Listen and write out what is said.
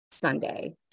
Sunday